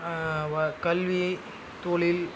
கல்வி தொழில்